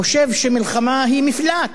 חושב שמלחמה היא מפלט